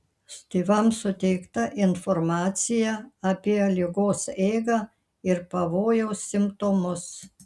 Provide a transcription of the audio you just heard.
tėvams suteikta informacija apie ligos eigą ir pavojaus simptomus